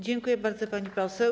Dziękuję bardzo, pani poseł.